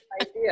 idea